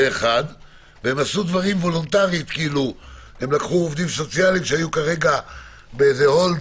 ועשו דברים התנדבותיים לקחו עובדים סוציאליים שהיו בהולד,